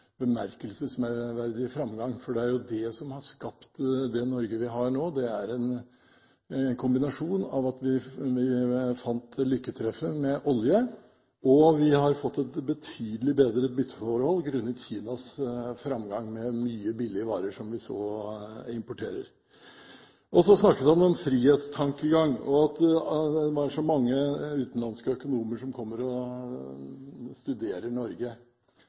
bemerkelsesverdige framgang. Det som har skapt det Norge vi har nå, er en kombinasjon av det lykketreffet at vi fant olje, og det at vi har fått et betydelig bedret bytteforhold grunnet Kinas framgang, med mange billige varer som vi importerer. Så snakket han om frihetstankegangen, og at det er så mange utenlandske økonomer som kommer og studerer Norge.